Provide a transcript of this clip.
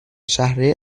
شهر